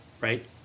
right